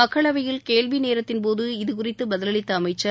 மக்களவையில் கேள்வி நேரத்தின்போது இதுகுறித்து பதிலளித்த அமைச்சர்